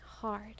hard